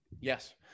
Yes